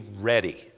ready